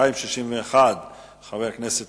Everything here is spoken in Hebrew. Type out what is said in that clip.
חבר הכנסת